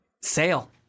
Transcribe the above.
Sale